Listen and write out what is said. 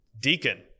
deacon